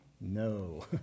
No